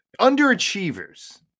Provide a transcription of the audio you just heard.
Underachievers